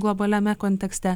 globaliame kontekste